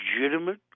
legitimate